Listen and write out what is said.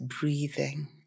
breathing